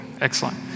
excellent